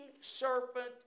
serpent